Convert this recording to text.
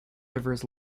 rivers